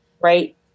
right